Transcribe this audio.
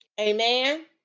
Amen